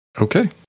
Okay